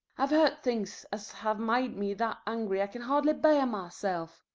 i've heard things as have made me that angry i can hardly bear myself.